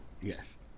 Yes